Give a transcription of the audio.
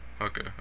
okay